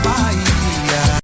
Bahia